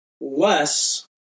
less